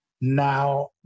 now